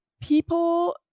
people